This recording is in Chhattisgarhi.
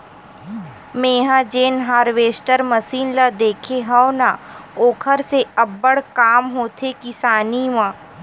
मेंहा जेन हारवेस्टर मसीन ल देखे हव न ओखर से अब्बड़ काम होथे किसानी मन